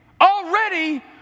already